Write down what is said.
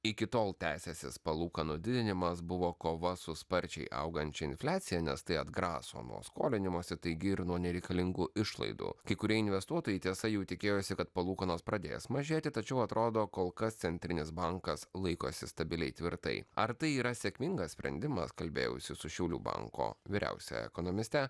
iki tol tęsęsis palūkanų didinimas buvo kova su sparčiai augančia infliacija nes tai atgraso nuo skolinimosi taigi ir nuo nereikalingų išlaidų kai kurie investuotojai tiesa jau tikėjosi kad palūkanos pradės mažėti tačiau atrodo kol kas centrinis bankas laikosi stabiliai tvirtai ar tai yra sėkmingas sprendimas kalbėjausi su šiaulių banko vyriausiąja ekonomiste